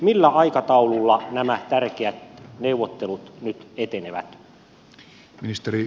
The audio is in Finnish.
millä aikataululla nämä tärkeät neuvottelut nyt etenevät